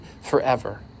forever